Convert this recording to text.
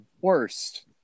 worst